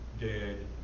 dead